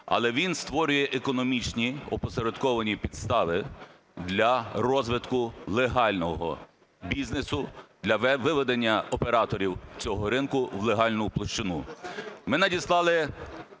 але він створює економічні опосередковані підстави для розвитку легального бізнесу, для виведення операторів цього ринку в легальну площину.